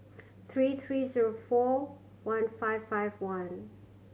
three three zero four one five five one